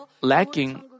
lacking